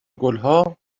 گلها